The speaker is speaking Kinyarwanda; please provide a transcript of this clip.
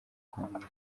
kwamamaza